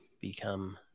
become